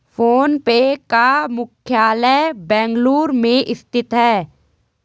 phone पे का मुख्यालय बेंगलुरु में स्थित है